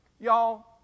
Y'all